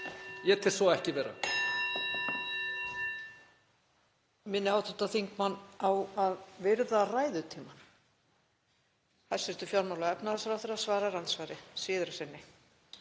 Ég tel svo ekki vera.